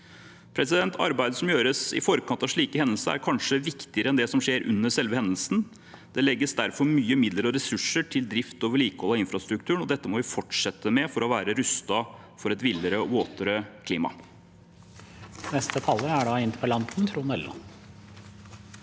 Arbeidet som gjøres i forkant av slike hendelser, er kanskje viktigere enn det som skjer under selve hendelsen. Det legges derfor mye midler og ressurser til drift og vedlikehold av infrastrukturen, og dette må vi fortsette med for å være rustet for et villere og våtere klima.